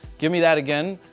give me that again.